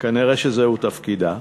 וכנראה זהו תפקידה,